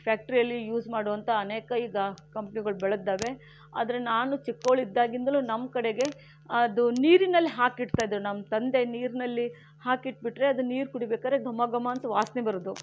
ಫ್ಯಾಕ್ಟ್ರಿಯಲ್ಲಿ use ಮಾಡುವಂಥ ಅನೇಕ ಈಗ ಕಂಪ್ನಿಗಳು ಬೆಳೆದಿದ್ದಾವೆ ಆದರೆ ನಾನು ಚಿಕ್ಕವಳಿದ್ದಾಗಿಂದಲೂ ನಮ್ಮ ಕಡೆಗೆ ಅದು ನೀರಿನಲ್ಲಿ ಹಾಕಿಡ್ತಾ ಇದ್ದರು ನಮ್ಮ ತಂದೆ ನೀರಿನಲ್ಲಿ ಹಾಕಿಟ್ಬಿಟ್ರೆ ಅದು ನೀರು ಕುಡಿಬೇಕಾದ್ರೆ ಘಮಘಮ ಅಂತ ವಾಸನೆ ಬರೋದು